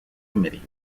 committee